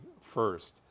first